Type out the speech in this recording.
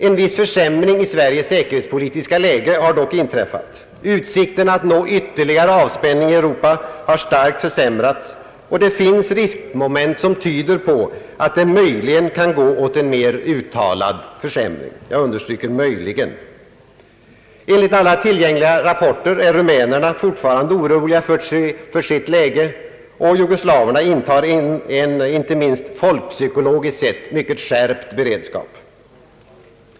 En viss försämring i Sveriges säkerhetspolitiska läge har dock inträffat. Utsikterna att nå ytterligare avspänning i Europa har starkt försämrats. Det finns riskmoment som tyder på att utvecklingen möjligen — jag understryker ordet möjligen — går i riktning mot en mer uttalad försämring. Enligt alla tillgängliga rapporter är rumänerna fortfarande oroliga för sitt läge, och jugoslaverna intar en inte minst folkpsykologiskt sett mycket skärpt beredskap.